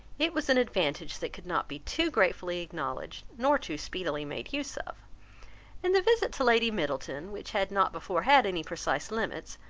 it was an advantage that could not be too gratefully acknowledged, nor too speedily made use of and the visit to lady middleton, which had not before had any precise limits,